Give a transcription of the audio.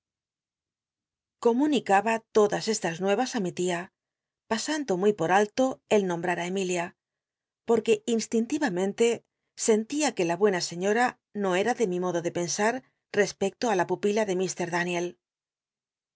comunicaba todas estas nuetaas á mi tia pasando muy por alto el nombrar á emilia porque instintimmente sen tia que la buena señora no cm de mi modo de pens tr respecto á la pupila ddlr